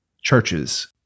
churches